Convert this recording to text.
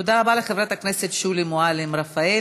תודה רבה לחברת הכנסת שולי מועלם-רפאלי.